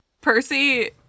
Percy